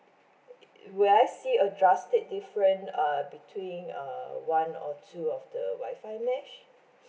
will I see a drastic different uh between uh one or two of the wifi mesh